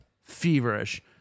feverish